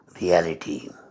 reality